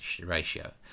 ratio